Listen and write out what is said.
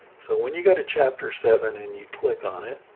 so when you go to chapter seven and you click on it,